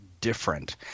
different